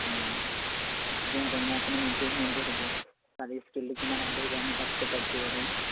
অঁ তেতিয়া ইহঁতে মানে অকণমান ইম্প্ৰোভমেণ্টো হ'ব ষ্টাডি স্কিলটো কিমান আগবাঢ়িব আমি তাত চেক আউট কৰিব পাৰিম